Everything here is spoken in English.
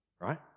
right